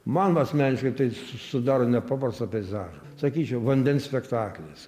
man asmeniškai tai sudaro nepaprastą peizažą sakyčiau vandens spektaklis